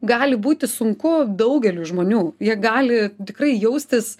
gali būti sunku daugeliui žmonių jie gali tikrai jaustis